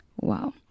Wow